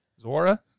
Zora